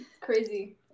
crazy